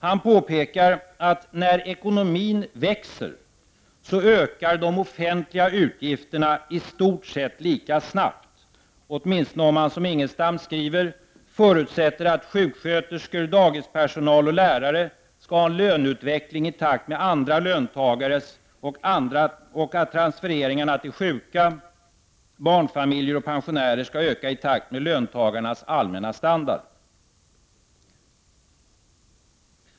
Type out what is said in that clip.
Han påpekar att när ekonomin växer så ökar de offentliga utgifterna i stort sett lika snabbt, åtminstone om man, som Ingelstam skriver, förutsätter att ”sjuksköterskor, dagispersonal och lärare skall ha en löneutveckling i takt med andra löntagares och att transfereringarna till sjuka, barnfamiljer och pensionärer skall öka i takt med löntagarnas allmänna standard”.